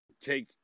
take